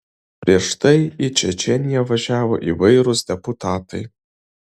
prieš tai į čečėniją važiavo įvairūs deputatai